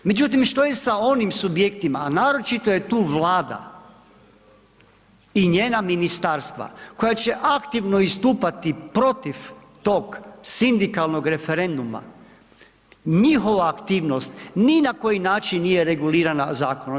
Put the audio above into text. Međutim, što je sa onim subjektima, a naročito je tu Vlada i njena ministarstva koja će aktivno istupati protiv tog sindikalnog referenduma, njihova aktivnost ni na koji način nije regulirala zakonom.